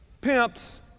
pimps